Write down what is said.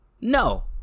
No